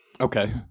Okay